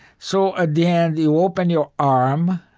so, at the end, you open your arm,